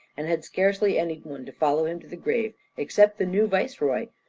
and had scarcely any one to follow him to the grave except the new viceroy,